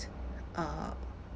uh